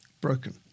broken